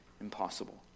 impossible